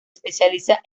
especializa